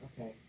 Okay